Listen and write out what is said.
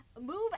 Move